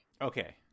okay